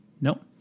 nope